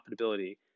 Profitability